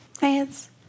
hands